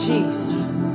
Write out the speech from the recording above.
Jesus